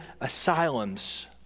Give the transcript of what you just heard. asylums